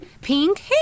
pink